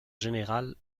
général